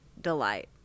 delight